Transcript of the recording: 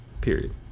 period